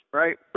right